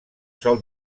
sol